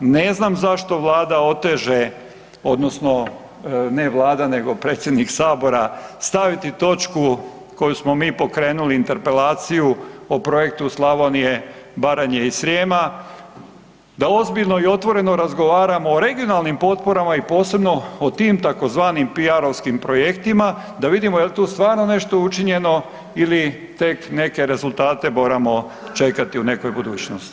Ne znam zašto Vlada oteže odnosno ne Vlada nego predsjednik Sabora staviti točku koju smo mi pokrenuli interpelaciju o projektu „Slavonije, Baranje i Srijema“ da ozbiljno i otvoreno razgovaramo o regionalnim potporama i posebno o tim tzv. PR-ovskim projektima da vidimo jel tu stvarno nešto učinjeno ili tek neke rezultate moramo čekati u nekoj budućnosti.